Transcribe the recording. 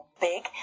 big